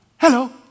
Hello